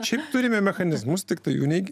šiaip turime mechanizmus tiktai jų nei